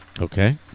Okay